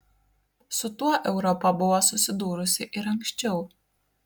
su tuo europa buvo susidūrusi ir anksčiau